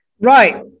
Right